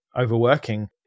overworking